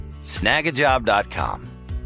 Snagajob.com